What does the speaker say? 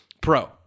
Pro